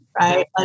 right